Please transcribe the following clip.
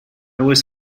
was